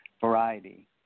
variety